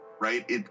Right